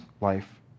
life